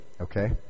Okay